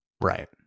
Right